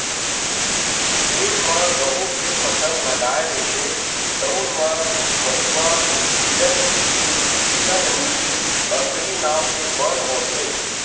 खेत म गहूँ के फसल लगाए रहिबे तउन म भथुवा, हिरनखुरी, किसननील, अकरी नांव के बन होथे